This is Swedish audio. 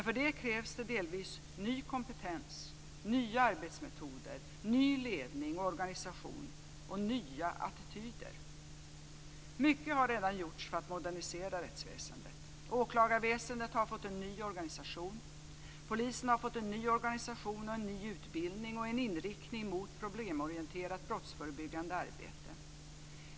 För det krävs det delvis ny kompetens, nya arbetsmetoder, ny ledning och organisation och nya attityder. Mycket har redan gjorts för att modernisera rättsväsendet. Åklagarväsendet har fått en ny organisation. Polisen har fått en ny organisation, ny utbildning och en inriktning mot problemorienterat brottsförebyggande arbete.